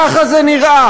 ככה זה נראה.